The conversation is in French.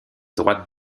droite